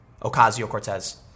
Ocasio-Cortez